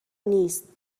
نیست